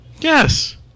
Yes